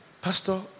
Pastor